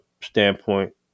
standpoint